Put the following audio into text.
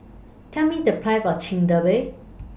Tell Me The Price of Chigenabe